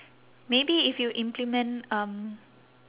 maybe if you implement um